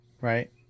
right